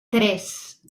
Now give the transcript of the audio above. tres